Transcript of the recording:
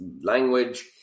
language